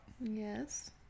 yes